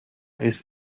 ist